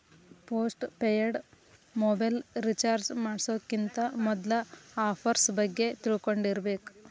post paid mobile recharge ಮಾಡ್ಸೋಕ್ಕಿಂತ ಮೊದ್ಲಾ offers ಬಗ್ಗೆ ತಿಳ್ಕೊಂಡಿರ್ಬೇಕ್